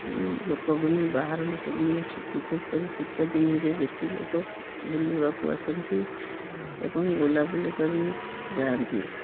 ଲୋ ଲୋକମାନେ ବାହାର ଲୋକମାନେ ବିଶେଷ କରି ଶୀତ ଦିନରେ ବେଶି ଲୋକ ବୁଲିବାକୁ ଆସନ୍ତି ଏବଂ ବୁଲାବୁଲି କରି ଯାଆନ୍ତି